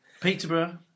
Peterborough